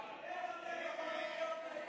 איך אתם יכולים להיות נגד?